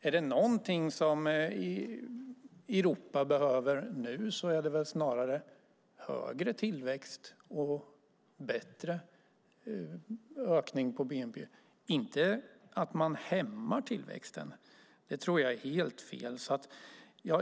Är det något som Europa behöver nu är det högre tillväxt och ökning av bnp, inte att man hämmar tillväxten. Det är helt fel.